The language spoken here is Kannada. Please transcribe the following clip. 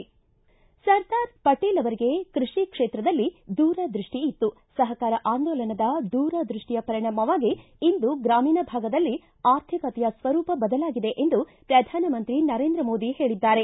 ಸರ್ದಾರ್ ಪಟೇಲ್ ಅವರಿಗೆ ಕೈಷಿ ಕ್ಷೇತ್ರದಲ್ಲಿ ದೂರದೃಷ್ಟಿ ಇತ್ತು ಸಹಕಾರ ಅಂದೋಲನದ ದೂರದೃಷ್ಟಿಯ ಪರಿಣಾಮವಾಗಿ ಇಂದು ಗ್ರಾಮೀಣ ಭಾಗದಲ್ಲಿ ಆರ್ಥಿಕತೆ ಸ್ವರೂಪ ಬದಲಾಗಿದೆ ಎಂದು ಪ್ರಧಾನಮಂತ್ರಿ ನರೇಂದ್ರ ಮೋದಿ ಹೇಳಿದ್ದಾರೆ